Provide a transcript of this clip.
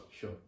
sure